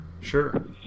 sure